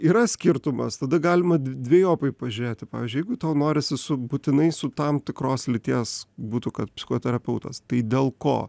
yra skirtumas tada galima dve dvejopai pažiūrėti pavyzdžiui jeigu tau norisi su būtinai su tam tikros lyties būtų kad psichoterapeutas tai dėl ko